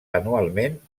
anualment